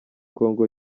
congo